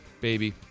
baby